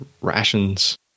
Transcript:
rations